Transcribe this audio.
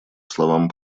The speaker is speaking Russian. словам